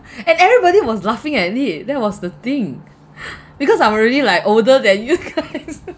and everybody was laughing at it that was the thing because I'm already like older than you guys